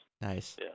Nice